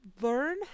learn